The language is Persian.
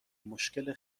مشکل